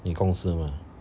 你公司吗